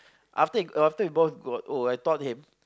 after after he both got O I taught him